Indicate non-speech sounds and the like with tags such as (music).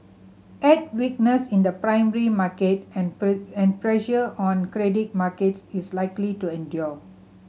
add weakness in the primary market and (unintelligible) and pressure on credit markets is likely to endure